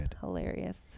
hilarious